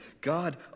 God